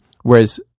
whereas